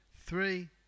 Three